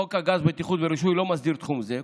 חוק הגז (בטיחות ורישוי) לא מסדיר תחום זה,